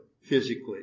physically